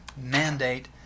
mandate